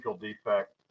defect